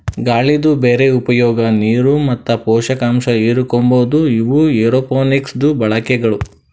ಗಾಳಿದು ಬ್ಯಾರೆ ಉಪಯೋಗ, ನೀರು ಮತ್ತ ಪೋಷಕಾಂಶ ಹಿರುಕೋಮದು ಇವು ಏರೋಪೋನಿಕ್ಸದು ಬಳಕೆಗಳು